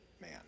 Man